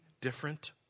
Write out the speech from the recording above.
different